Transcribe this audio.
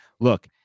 look